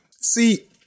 See